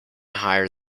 higher